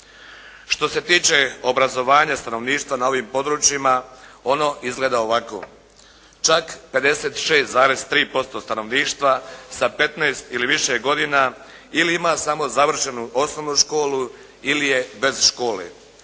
Što se tiče obrazovanja stanovništva na ovim područjima ono izgleda ovako. Čak 56,3% stanovništava sa 15 ili više godina ili ima samo završenu osnovnu školu ili je bez škole.